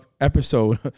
episode